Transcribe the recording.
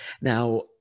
Now